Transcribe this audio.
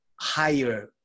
higher